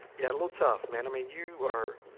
yeah. a little tough, man. i mean you are